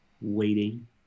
waiting